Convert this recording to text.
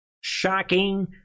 shocking